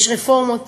יש רפורמות